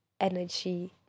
energy